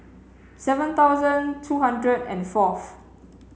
seven thousand two hundred and fourth